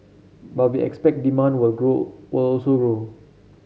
but we expect demand will grow will also grow